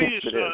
please